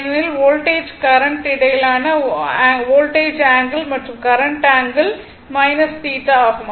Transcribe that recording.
ஏனெனில் voltage current இடையிலான voltage angle மற்றும் கரண்ட் ஆங்கிள் θ ஆகும்